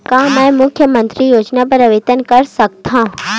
का मैं मुख्यमंतरी योजना बर आवेदन कर सकथव?